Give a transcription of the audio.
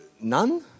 None